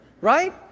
Right